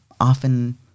often